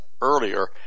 earlier